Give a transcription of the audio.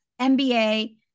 MBA